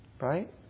right